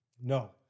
No